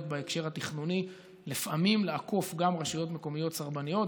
בהקשר התכנוני לעקוף לפעמים גם רשויות מקומיות סרבניות.